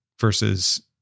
versus